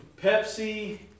Pepsi